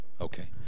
Okay